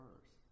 first